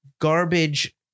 garbage